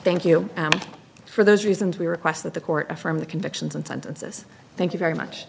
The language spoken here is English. thank you for those reasons we request that the court affirm the convictions and sentences thank you very much